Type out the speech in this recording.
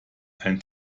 and